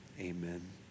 amen